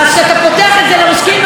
אומרים שיש ניגודי עניינים.